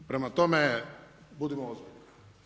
Prema tome, budimo ozbiljni.